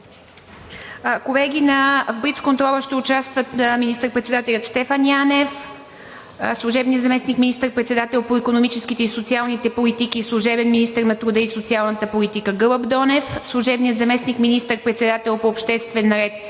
Колеги, на блицконтрола ще участват служебният министър-председател Стефан Янев, служебният заместник министър-председател по икономическите и социалните политики и служебен министър на труда и социалната политика Гълъб Донев, служебният заместник министър-председател по обществен ред